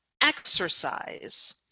exercise